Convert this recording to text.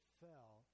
fell